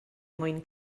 mwyn